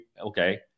Okay